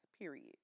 period